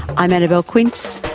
i'm annabelle quince,